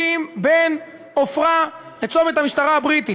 אם זה בצמצום תורים,